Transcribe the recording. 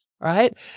right